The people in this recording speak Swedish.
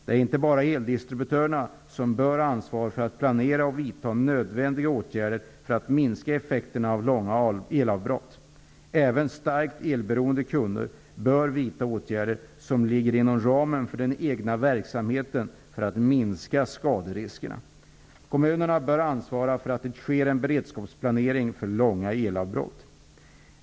Det är inte bara eldistributörerna som bör ha ansvar för att planera och vidta nödvändiga åtgärder för att minska effekterna av långa elavbrott. Även starkt elberoende kunder bör vidta åtgärder som ligger inom ramen för den egna verksamheten för att minska skaderiskerna. Kommunerna bör ansvara för att det sker en beredskapsplanering för långa elavbrott.